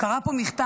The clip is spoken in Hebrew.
קרא פה מכתב